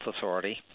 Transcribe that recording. Authority